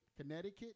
Connecticut